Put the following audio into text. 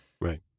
Right